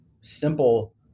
simple